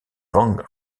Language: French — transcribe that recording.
wang